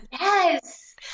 Yes